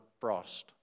Frost